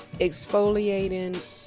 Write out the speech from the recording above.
exfoliating